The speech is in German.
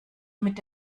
mit